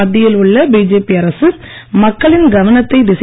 மத்தியில் உள்ள பிஜேபி அரசு மக்களின் கவனத்தை திசை